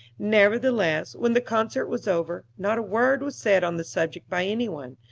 nevertheless, when the concert was over, not a word was said on the subject by any one,